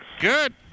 Good